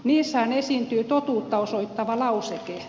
niissähän esiintyy totuutta osoittava lauseke